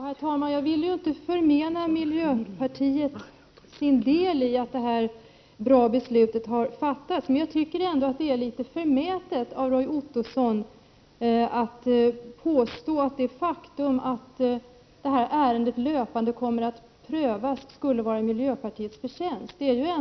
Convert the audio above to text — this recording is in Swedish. Herr talman! Jag vill inte förmena miljöpartiet sin del i att det har fattats ett bra beslut, men det är ändå litet förmätet av Roy Ottosson att påstå att det faktum att ärendet löpande kommer att prövas skulle vara miljöpartiets förtjänst.